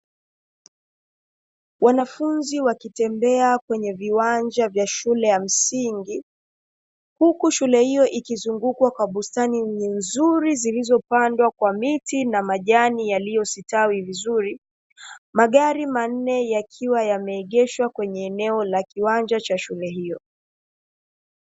Wanafunzi wakitembea kwenye viwanja vya shule ya msingi, huku shule hiyo ikizungukwa kwa bustani nzuri, zilizopandwa kwa miti na majani yaliyostawi vizuri. Magari manne yakiwa wameegeshwa kwenye eneo la kiwanja cha shule hiyo.